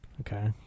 Okay